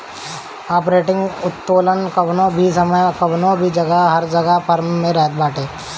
operating उत्तोलन कवनो भी समय कवनो भी जगह हर फर्म में रहत बाटे